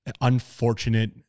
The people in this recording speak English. unfortunate